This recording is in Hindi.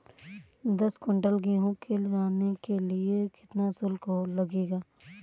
दस कुंटल गेहूँ ले जाने के लिए कितना शुल्क लगेगा?